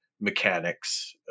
mechanics